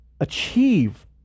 achieve